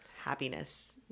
happiness